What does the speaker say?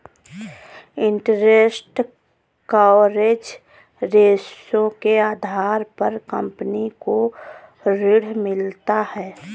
interest coverage ratio के आधार पर कंपनी को ऋण मिलता है